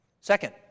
Second